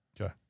Okay